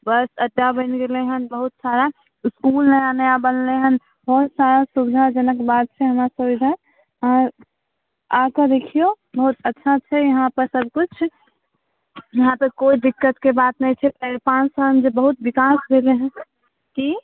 बस अड्डा बनि गेलै हँ बहुत सारा इसकुल नया नया बनलै हँ बहुत सारा सुविधाजनक बात छै हमरासबके इधर अहाँ आकऽ देखिऔ बहुत अच्छा छै यहाँपर सबकिछु यहाँपर कोइ दिक्कतके बात नहि छै चारि पाँच सालसँ बहुत विकास भेलै हँ कि